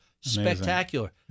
spectacular